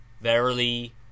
verily